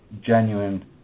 genuine